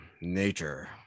nature